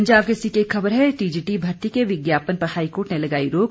पंजाब केसरी की एक खबर है टीजीटी भर्ती के विज्ञापन पर हाईकोर्ट ने लगाई रोक